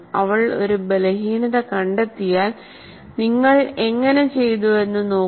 അവൾ ഒരു ബലഹീനത കണ്ടെത്തിയാൽ നിങ്ങൾ എങ്ങനെ ചെയ്തുവെന്ന് നോക്കൂ